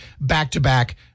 back-to-back